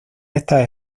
estas